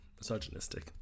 misogynistic